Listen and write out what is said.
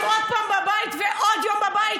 שאלתי את מנהלת הסיעה שלי: מי מדבר ב-40 חתימות?